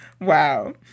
Wow